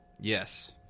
Yes